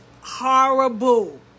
horrible